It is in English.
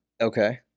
Okay